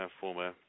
former